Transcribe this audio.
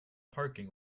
parking